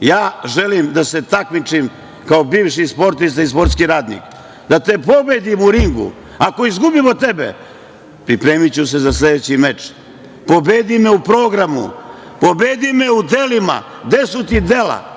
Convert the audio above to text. Ja želim da se takmičim kao bivši sportista i sportski radnik, da te pobedim u ringu. Ako izgubim od tebe, pripremiću se za sledeći meč. Pobedi me u programu, pobedi me u delima. Gde su ti dela?